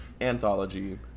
anthology